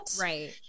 right